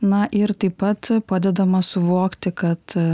na ir taip pat padedama suvokti kad